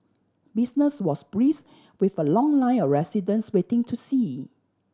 business was brisk with a long line of residents waiting to see